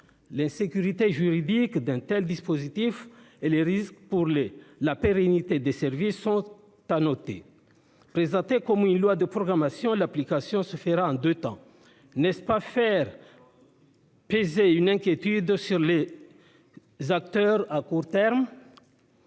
L'insécurité juridique d'un tel dispositif et les risques pour la pérennité des services sont à noter. Censé devenir une loi de programmation, ce texte serait appliqué en deux temps. N'est-ce pas faire peser une inquiétude sur les acteurs à court terme ?